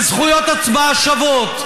וזכויות הצבעה שוות.